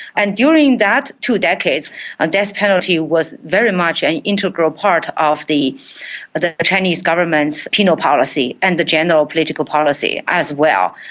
and during that two decades the ah death penalty was very much an integral part of the but the chinese government's penal policy and the general political policy as well.